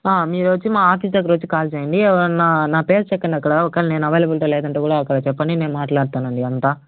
మీరొచ్చి మా ఆఫీస్ దగ్గరికి వచ్చి కాల్ చేయండి ఎవరన్నా నా పేరు చెప్పండి అక్కడ ఒకవేళ నేను అవైలబిలిటీ లేదంటే కూడా అక్కడ చెప్పండి నేను మాట్లాడతానండి అంతా